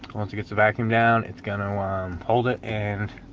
once it gets a vacuum down its gonna hold it and